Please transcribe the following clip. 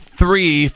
three